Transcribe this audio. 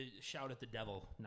shout-at-the-devil